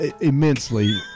immensely